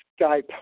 Skype